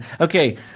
Okay